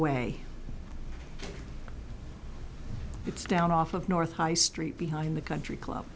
way it's down off of north high street behind the country club